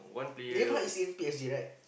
Neymar is in P_S_G right